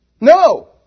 No